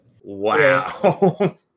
Wow